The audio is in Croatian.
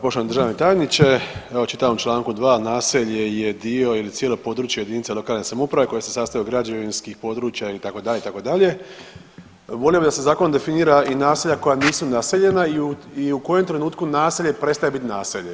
Poštovani državni tajniče, evo čitam u Članku 2. naselje je dio ili cijelo područje jedinice lokalne samouprave koje se sastoji od građevinskih područja itd., itd., volio bi da se zakon definira i naselja koja nisu naseljena i u kojem trenutku naselje prestaje biti naselje.